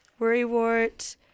Worrywart